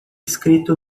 escrito